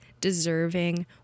deserving